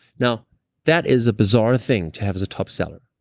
now that is a bizarre thing to have as a top seller.